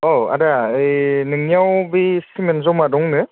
अह आदा ओइ नोंनाव बै सिमेन्ट ज'मा दंनो